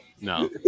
No